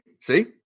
see